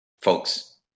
folks